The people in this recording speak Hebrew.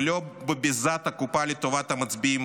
ולא בביזת הקופה לטובת המצביעים